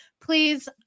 please